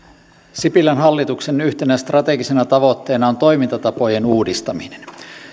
sipilän hallituksen yhtenä strategisena tavoitteena on toimintatapojen uudistaminen